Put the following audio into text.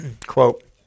quote